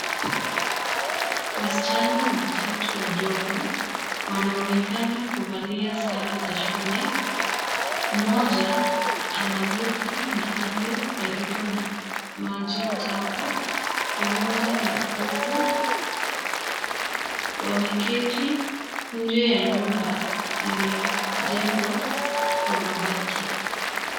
Wasichana watatu wadogo wanaonekana kuvalia sare za shule, mmoja anavuka mahali palipo na maji taka pamoja na kuku. Wameketi nje ya nyumba iliyojengwa kwa mabati.